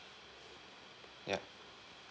ya